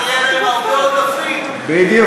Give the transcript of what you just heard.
אבל הפעם, דני,